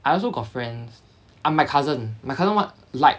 I also got friends ah my cousin my cousin want like